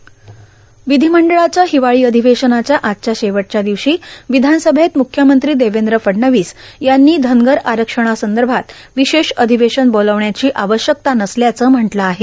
र्यावधीमंडळाच्या र्ाहवाळी र्आधवेशनाच्या आजच्या शेवटच्या र्ादवशी र्वधानसभेत मुख्यमंत्री देवद्र फडणवीस यांनी धनगर आरक्षणासंदभात र्ववशेष अर्धधवेशन बोलवण्याची आवश्यकता नसल्याचं म्हटलं आहे